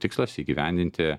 tikslas įgyvendinti